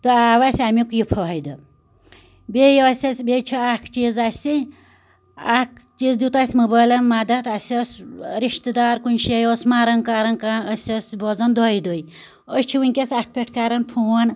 تہٕ آو اسہِ أمیٛک یہِ فٲیدٕ بیٚیہِ ٲسۍ أسۍ بیٚیہِ چھُ اَکھ چیٖز اسہِ اَکھ چیٖز دیٛت اسہِ موبایلَن مدد اسہِ ٲسۍ رِشتہٕ دار کُنہٕ شایہِ اوس مَران کران کانٛہہ أسۍ ٲسۍ بوزان دۄیہِ دُہہِ أسۍ چھِ وُنکیٚس اَتھ پٮ۪ٹھ کران فون